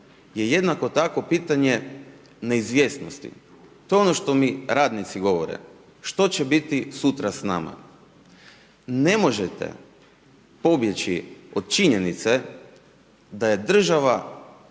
je jednako tako pitanje neizvjesnosti. To je ono što mi radnici govore. Što će biti sutra s nama? Ne možete pobjeći od činjenice da je država